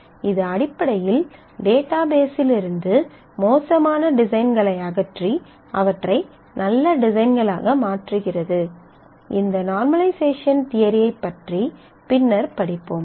இது அடிப்படையில் டேட்டாபேஸிலிருந்து மோசமான டிசைன்களை அகற்றி அவற்றை நல்ல டிசைன்களாக மாற்றுகிறது இந்த நார்மலைசேஷன் தியரியைப் பற்றி பின்னர் படிப்போம்